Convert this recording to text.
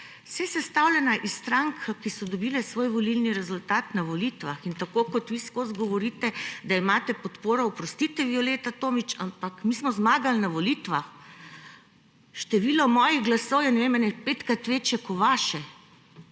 je sestavljana iz strank, ki so dobile svoj volilni rezultat na volitvah in tako kot vi vseskozi govorite, da imate podporo. Oprostite, Violeta Tomić, ampak mi smo zmagali na volitvah. Število mojih glasov je, ne vem, ene petkrat večje kot vaše,